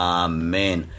Amen